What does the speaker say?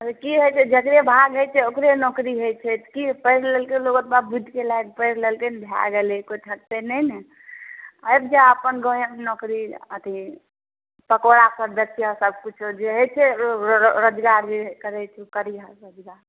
की होइत छै जकरे भाग होइत छै ओकरे नौकरी होइत छै की पढ़ि लेलकै लोक ओतबा बुद्धिके लायक पढ़ि लेलकै भए गेलै कोइ ठकतै नहि ने आबि जाह अपन घरेमे नौकरी अथी पकौड़ासभ बेचिहऽ सभकिछो जे होइत छै रोजगार जे करैत छै ओ करिहऽ रोजगार